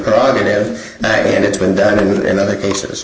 prerogative and it's been done and other cases